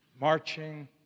marching